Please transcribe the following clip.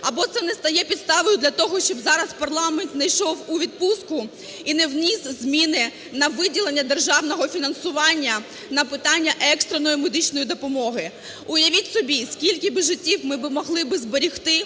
або це не стає підставою для того, щоб зараз парламент не йшов у відпустку і не вніс зміни на виділення державного фінансування на питання екстреної медичної допомоги. Уявіть собі, скільки би життів ми би могли зберегти,